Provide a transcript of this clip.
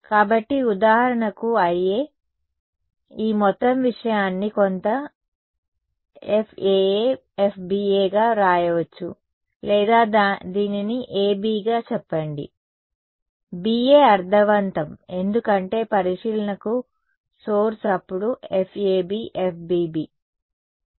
కాబట్టి ఉదాహరణకు IA ఈ మొత్తం విషయాన్ని కొంత FAA FBA గా వ్రాయవచ్చు లేదా దీనిని AB గా చెప్పండి BA అర్ధవంతం ఎందుకంటే పరిశీలనకు సోర్స్ అప్పుడు FABFBB